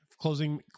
closing